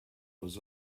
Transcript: was